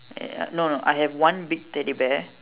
ya ya no no I have one big teddy bear